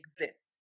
exists